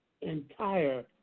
entire